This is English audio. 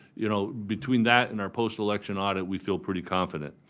you know, between that and our postelection audit, we feel pretty confident.